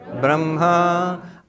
Brahma